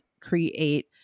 create